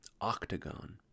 octagon